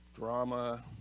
Drama